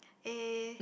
eh